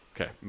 Okay